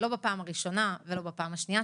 לא בפעם הראשונה ולא בפעם השנייה,